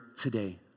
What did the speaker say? today